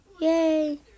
Yay